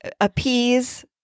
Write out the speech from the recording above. appease